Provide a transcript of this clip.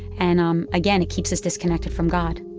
and, um again, it keeps us disconnected from god